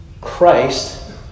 Christ